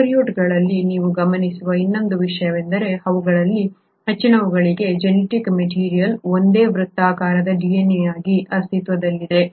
ಪ್ರೊಕಾರ್ಯೋಟ್ಗಳಲ್ಲಿ ನೀವು ಗಮನಿಸುವ ಇನ್ನೊಂದು ವಿಷಯವೆಂದರೆ ಅವುಗಳಲ್ಲಿ ಹೆಚ್ಚಿನವುಗಳಿಗೆ ಜೆನೆಟಿಕ್ ಮೆಟೀರಿಯಲ್ ಒಂದೇ ವೃತ್ತಾಕಾರದ DNA ಆಗಿ ಅಸ್ತಿತ್ವದಲ್ಲಿದೆ